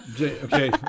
Okay